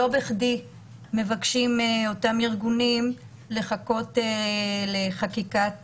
שלא בכדי מבקשים אותם ארגונים לחכות לחקיקת